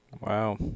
Wow